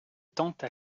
tente